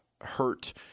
hurt